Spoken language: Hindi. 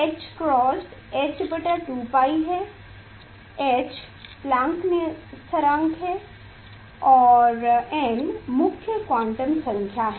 h क्रॉस h2𝜋 है h प्लैंक स्थिरांक है और n मुख्य क्वांटम संख्या है